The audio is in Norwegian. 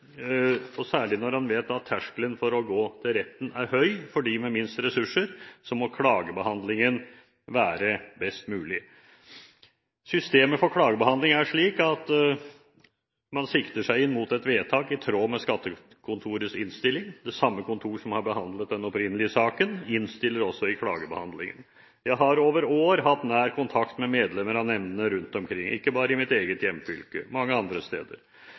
særlig når man vet at terskelen for å gå til retten er høy. For dem med minst ressurser må klagebehandlingen være best mulig. Systemet for klagebehandling er slik at man sikter seg inn mot et vedtak i tråd med skattekontorets innstilling – det samme kontor som har behandlet den opprinnelige saken, innstiller også i klagebehandlingen. Jeg har over år hatt nær kontakt med medlemmer av nemndene rundt omkring, ikke bare i mitt eget hjemfylke, mange andre steder